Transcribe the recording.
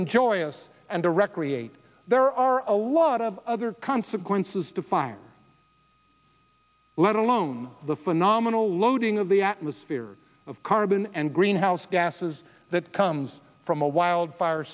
enjoy it and to recreate there are a lot of there are consequences to fire let alone the phenomenal loading of the atmosphere of carbon and greenhouse gases that comes from a wildfire